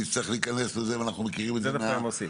שנצטרך להיכנס לזה -- את זה דווקא הם עושים.